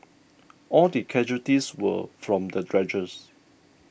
all the casualties were from the dredger